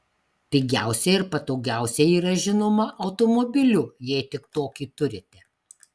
pigiausia ir patogiausia yra žinoma automobiliu jei tik tokį turite